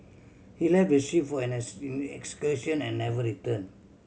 he left the ship for an excursion and never return